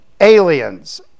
aliens